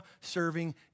serving